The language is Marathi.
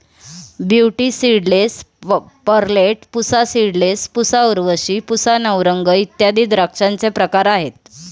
beauty seedless, Perlette, Pusa seedless, Pusa Urvashi, Pusa Navrang इत्यादी द्राक्षांचे प्रकार आहेत